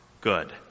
good